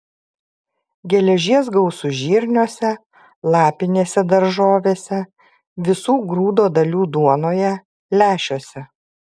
geležies gausu žirniuose lapinėse daržovėse visų grūdo dalių duonoje lęšiuose